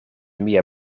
mia